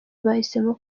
bahisemo